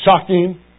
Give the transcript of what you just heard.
shocking